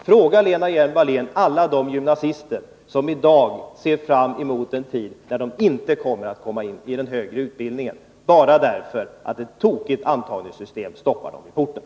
Fråga, Lena Hjelm-Wallén, alla de gymnasister som i dag har att se fram emot att inte komma in på högre utbildning bara därför att ett tokigt antagningssystem stoppar dem vid porten!